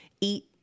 eat